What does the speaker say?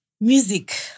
music